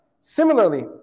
Similarly